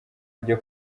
ryo